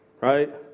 Right